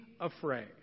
afraid